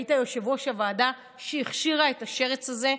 היית יושב-ראש הוועדה שהכשירה את השרץ הזה,